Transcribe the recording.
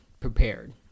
prepared